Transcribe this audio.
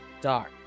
dark